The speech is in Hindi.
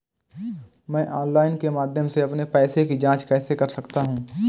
मैं ऑनलाइन के माध्यम से अपने पैसे की जाँच कैसे कर सकता हूँ?